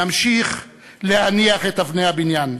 נמשיך להניח את אבני הבניין,